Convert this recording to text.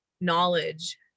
knowledge